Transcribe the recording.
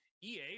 ea